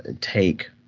take